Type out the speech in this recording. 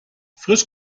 frisch